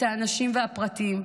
את האנשים והפרטים.